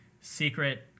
secret